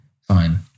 Fine